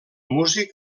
músic